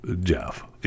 jeff